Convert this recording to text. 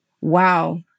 wow